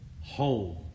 home